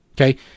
okay